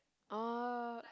oh